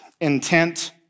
intent